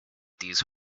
these